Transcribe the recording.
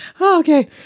okay